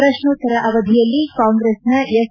ಪ್ರಶ್ನೋತ್ತರ ಅವಧಿಯಲ್ಲಿ ಕಾಂಗ್ರೆಸ್ನ ಎಸ್